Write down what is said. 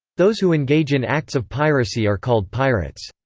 those who engage in acts of piracy are called pirates.